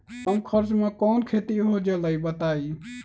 कम खर्च म कौन खेती हो जलई बताई?